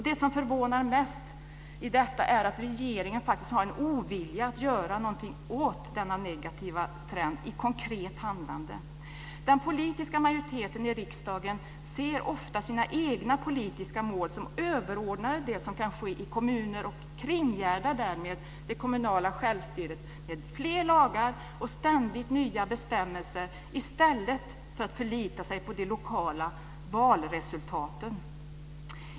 Det som förvånar mest i detta är att regeringen faktiskt har en ovilja att i konkret handlande göra någonting åt denna negativa trend. Den politiska majoriteten i riksdagen ser ofta sina egna politiska mål som överordnade det som kan ske i kommuner. Den kringgärdar därmed det kommunala självstyret med fler lagar och ständigt nya bestämmelser i stället för att förlita sig på de lokala valresultaten.